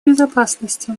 безопасности